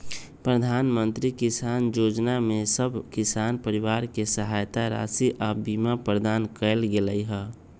प्रधानमंत्री किसान जोजना में सभ किसान परिवार के सहायता राशि आऽ बीमा प्रदान कएल गेलई ह